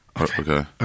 okay